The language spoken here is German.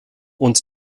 und